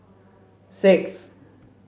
six